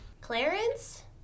Clarence